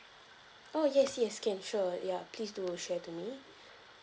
oh yes yes can sure ya please do share to me